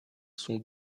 sont